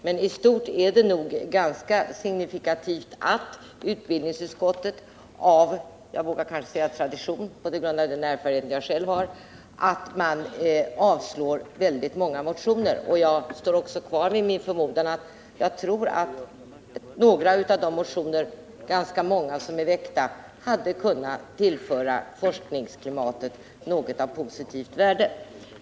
Men i stort är det nog ganska signifikativt att utbildningsutskottet — jag vågar kanske på grundval av den erfarenhet som jag själv har säga: av tradition — avstyrker väldigt många motioner. Jag står också kvar vid min förmodan att ganska många av de motioner som väckts i detta sammanhang hade kunnat tillföra forskningsklimatet något av positivt värde.